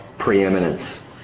preeminence